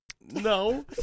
No